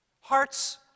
hearts